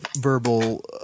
verbal